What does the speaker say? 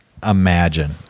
imagine